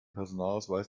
personalausweis